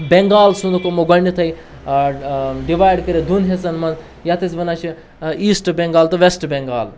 بینٛگال ژھٕنُکھ أمو گۄڈنٮ۪تھٕے ڈِوایِڈ کٔرِتھ دۄن حِصَن منٛز یَتھ أسۍ وَنان چھِ ایٖسٹہٕ بینٛگال تہٕ وٮ۪سٹہٕ بینٛگال